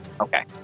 Okay